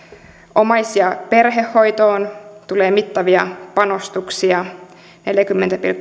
omais ja perhehoitoon tulee mittavia panostuksia neljäkymmentä